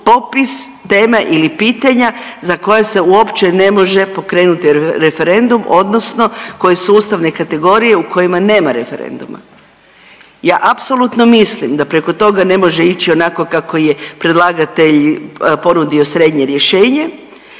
popis tema ili pitanja za koja se uopće ne može pokrenuti referendum odnosno koje su ustavne kategorija u kojima nema referenduma. Ja apsolutno mislim da preko toga ne može ići onako kako je predlagatelj ponudio srednje rješenje,